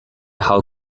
how